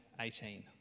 18